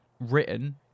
Written